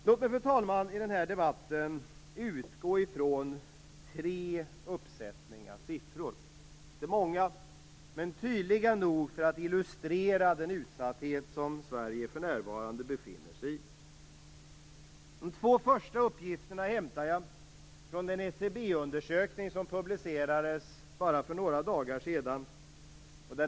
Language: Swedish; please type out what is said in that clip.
Låt mig, fru talman, i den här debatten utgå från tre uppsättningar siffror. De är inte många, men de är tydliga nog att för att illustrera den utsatthet som Sverige för närvarande befinner sig i. De två första uppsättningarna hämtar jag från den SCB-undersökning som publicerades bara för några dagar sedan.